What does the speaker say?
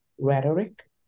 rhetoric